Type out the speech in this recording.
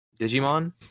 Digimon